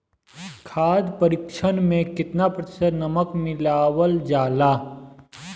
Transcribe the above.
खाद्य परिक्षण में केतना प्रतिशत नमक मिलावल जाला?